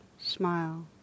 smile